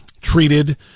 treated